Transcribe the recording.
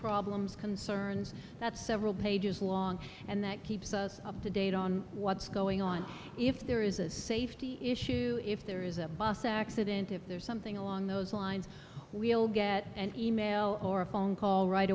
problems concerns that several pages long and that keeps us up to date on what's going on if there is a safety issue if there is a bus accident if there's something along those lines we'll get an email or a phone call right